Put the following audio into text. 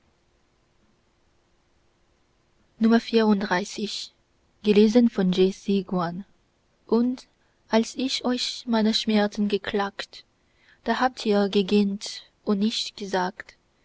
xxxiv und als ich euch meine schmerzen geklagt da habt ihr gegähnt und nichts gesagt